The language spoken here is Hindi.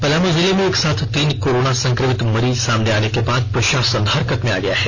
पलामू जिले में एक साथ तीन कोरोना संक्रमित मरीज सामने आने के बाद प्रशासन हरकत में आ गया है